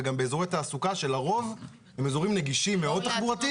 וגם באזורי תעסוקה שלרוב הם אזורים נגישים מאוד תחבורתית